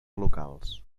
locals